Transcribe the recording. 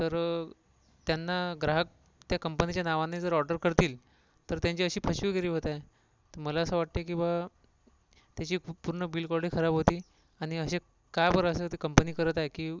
तर त्यांना ग्राहक त्या कंपनीच्या नावाने जर ऑर्डर करतील तर त्यांची अशी फसवेगिरी होत आहे मला असं वाटते की बुवा त्याची पूर्ण बिल्डबॉडी खराब होती आणि असे का बरं असं कंपनी करत आहे की